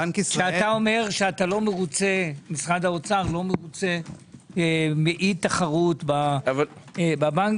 כשאתה אומר שמשרד האוצר לא מרוצה מאי תחרות בבנקים,